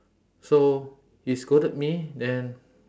so he scolded me then